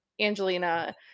Angelina